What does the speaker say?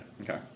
Okay